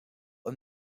een